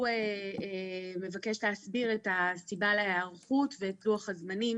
הוא מבקש להסביר את הסיבה להיערכות ואת לוח הזמנים